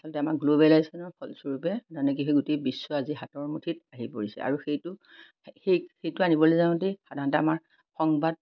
আচলতে আমাৰ গ্ল'বেলাইজেশ্বনৰ ফলস্বৰূপে যেনেকৈ সেই গোটেই বিশ্ব আজি হাতৰ মুঠিত আহি পৰিছে আৰু সেইটো সেই সেইটো আনিবলৈ যাওঁতেই সাধাৰণতে আমাৰ সংবাদ